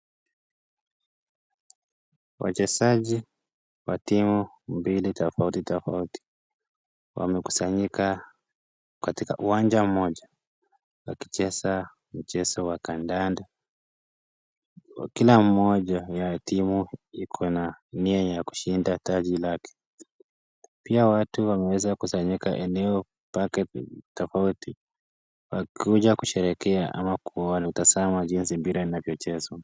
Wachezaji wa timu mbili tofauti tofauti wamekusanyika katika uwanja moja na kucheza mchezo wa kandanda, kila mmoja wa timu ikona nia ya kushinda taji lake, pia watu wameweza kusanyika eneo pake tofauti wakikuja kusherekea au kutazama jinsi mpira inavyochezwa.